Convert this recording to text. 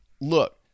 Look